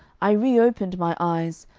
i reopened my eyes,